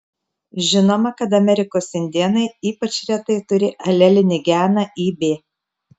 žinoma kad amerikos indėnai ypač retai turi alelinį geną ib